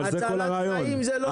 הצלת חיים זה לא רגולציה.